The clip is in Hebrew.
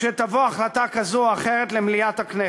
כשתבוא החלטה, כזו או אחרת, למליאת הכנסת.